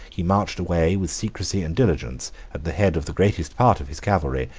he marched away with secrecy and diligence at the head of the greatest part of his cavalry,